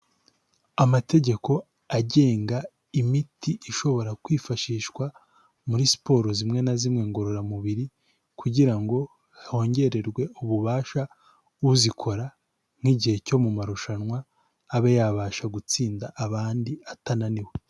Amategeko agenga imiti ishobora kwifashishwa muri siporo zimwe na zimwe ngororamubiri kugira ngo hongererwe ububasha uzikora nk'igihe cyo mu marushanwa abe yabasha gutsinda abandi atananiwe.